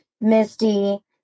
Misty